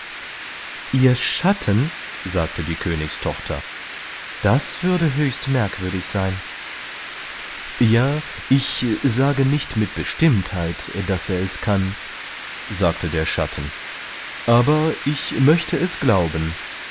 ihr schatten sagte die königstochter das würde höchst merkwürdig sein ja ich sage nicht mit bestimmtheit daß er es kann sagte der schatten aber ich möchte es glauben